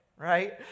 right